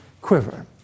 quiver